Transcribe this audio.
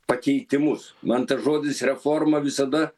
pakeitimus man tas žodis reforma visada